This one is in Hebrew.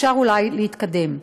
אפשר אולי להתקדם.